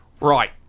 Right